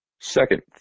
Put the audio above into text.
Second